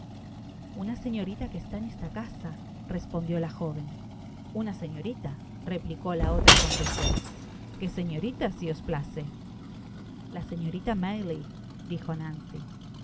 una señorita que está en esta casa respondió la jóven una señorita replicó la otra con desden qué señorita si os place la señorita may lie dijo